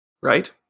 Right